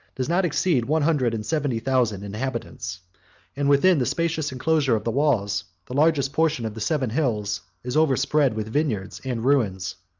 does not exceed one hundred and seventy thousand inhabitants and within the spacious enclosure of the walls, the largest portion of the seven hills is overspread with vineyards and ruins.